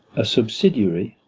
a subsidiary,